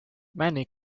many